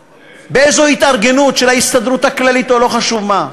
באיזו התארגנות של ההסתדרות הכללית או לא חשוב מה,